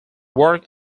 work